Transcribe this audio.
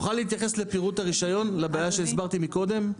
תוכל להתייחס לפירוט הרישיון לבעיה שהצגתי קודם?